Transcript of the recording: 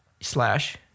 Slash